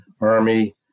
Army